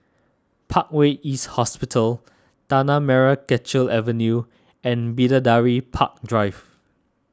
Parkway East Hospital Tanah Merah Kechil Avenue and Bidadari Park Drive